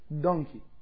donkey